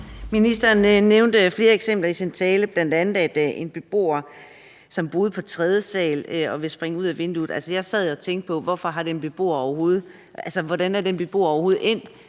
Ministeren nævnte flere eksempler i sin tale, bl.a. en beboer, som boede på tredje sal, og som ville springe ud af vinduet. Jeg sad og tænkte: Hvordan er den beboer overhovedet endt